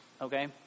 Okay